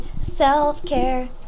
self-care